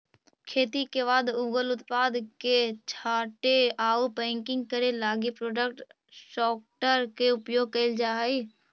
खेती के बाद उगल उत्पाद के छाँटे आउ पैकिंग करे लगी प्रोडक्ट सॉर्टर के उपयोग कैल जा हई